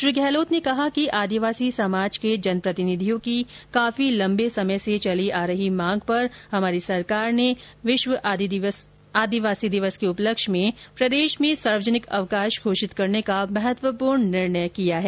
श्री गहलोत ने कहा कि आदिवासी समाज के जनप्रतिनिधियों की काफी लम्बे समय से चली आ रही मांग पर हमारी सरकार ने विश्व आदिवासी दिवस के उपलक्ष्य में प्रदेश में सार्वजनिक अवकाश घोषित करने का महत्वपूर्ण निर्णय किया है